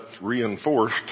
reinforced